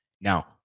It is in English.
Now